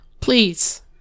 please